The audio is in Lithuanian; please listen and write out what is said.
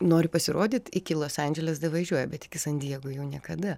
nori pasirodyti iki los andželes davažiuoja bet iki san diego jau niekada